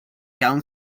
going